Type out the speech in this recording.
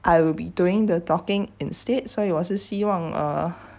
I will be doing the talking instead 所以我是希望 err